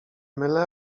mylę